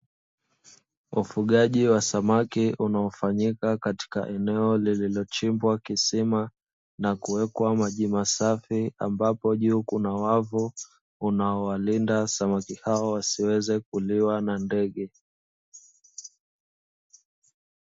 Ufugaji wa samaki unaofanyika katika eneo lililochimbwa kisima na kuwekwa maji masafi, ambapo juu kuna wavu unaowalinda samaki hao wasiweze kuliwa na ndege.